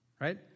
right